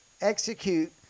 execute